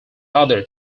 other